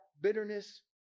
bitterness